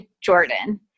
Jordan